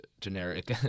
generic